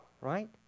right